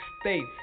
States